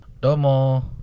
Domo